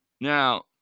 Now